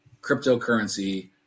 cryptocurrency